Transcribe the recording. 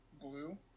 blue